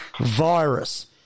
virus